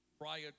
Prior